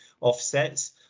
offsets